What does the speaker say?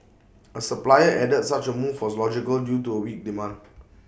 A supplier added such A move was logical due to A weak demand